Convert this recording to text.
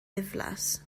ddiflas